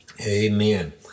Amen